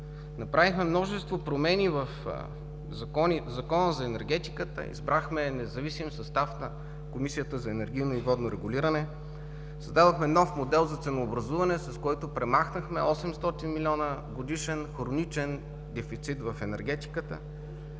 Направихме множество промени в Закона за енергетиката, избрахме независим състав на Комисията за енергийно и водно регулиране, създадохме нов модел за ценообразуване, с който премахнахме 800 млн. годишен хроничен дефицит в енергетиката.